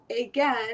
again